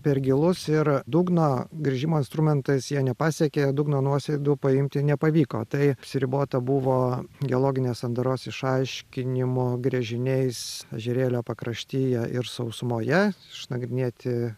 per gilus ir dugno gręžimo instrumentais jie nepasiekė dugno nuosėdų paimti nepavyko tai apsiribota buvo geologinės sandaros išaiškinimo gręžiniais ežerėlio pakraštyje ir sausumoje išnagrinėti